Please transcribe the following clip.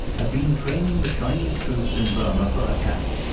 had been training the chinese troops in burma for attack.